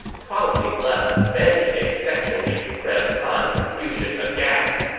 probably left many a sexually repressed han confucian aghast,